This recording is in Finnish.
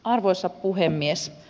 arvoisa puhemies